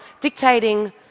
dictating